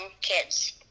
kids